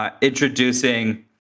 introducing